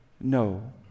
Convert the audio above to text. no